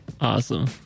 Awesome